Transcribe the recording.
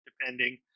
depending